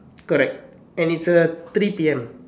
correct and it's a three P_M